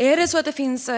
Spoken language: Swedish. Är det så att det finns